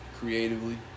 creatively